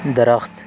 درخت